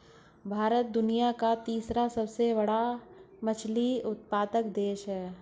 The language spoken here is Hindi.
भारत दुनिया का तीसरा सबसे बड़ा मछली उत्पादक देश है